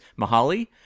Mahali